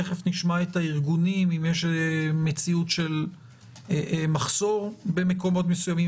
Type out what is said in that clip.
תכף נשמע מהארגונים אם יש מציאות של מחסור במקומות מסוימים.